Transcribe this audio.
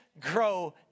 grow